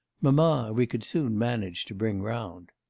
mamma, we could soon manage to bring round.